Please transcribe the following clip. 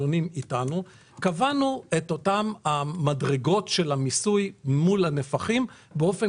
קבענו את אותן מדרגות המיסוי מול הנפחים באופן